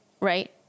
right